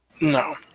No